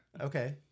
Okay